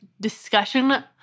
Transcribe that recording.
discussion